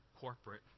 corporate